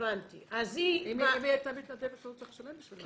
אם היא הייתה מתנדבת, לא צריך לשלם בשבילה.